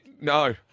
No